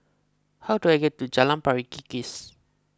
how do I get to Jalan Pari Kikis